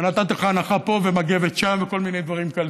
ונתתי לך הנחה פה ומגבת שם וכל מיני דברים כאלה,